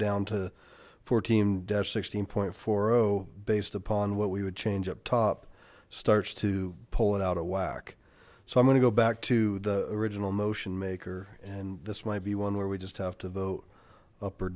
down to fourteen deaths sixteen point four zero based upon what we would change up top starts to pull it out of whack so i'm going to go back to the original motion maker and this might be one where we just have to vote up or